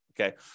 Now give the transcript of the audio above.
okay